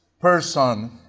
person